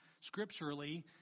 scripturally